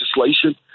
legislation